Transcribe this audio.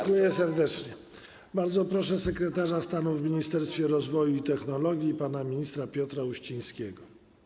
Dziękuję serdecznie, Bardzo proszę sekretarza stanu w Ministerstwie Rozwoju i Technologii pana ministra Piotra Uścińskiego.